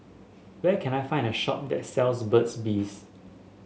where can I find a shop that sells Burt's Bee